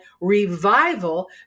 revival